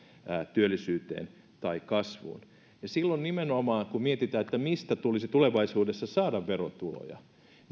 työllisyyteen tai kasvuun ja nimenomaan silloin kun mietitään mistä tulisi tulevaisuudessa saada verotuloja